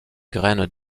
graines